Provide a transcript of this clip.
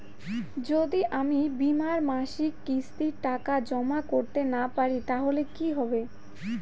যদি আমি বীমার মাসিক কিস্তির টাকা জমা করতে না পারি তাহলে কি হবে?